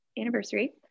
anniversary